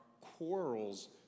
quarrels